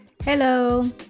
Hello